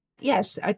yes